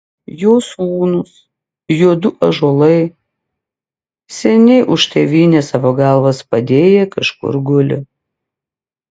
jo sūnūs jo du ąžuolai seniai už tėvynę savo galvas padėję kažkur guli